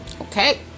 okay